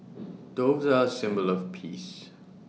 doves are symbol of peace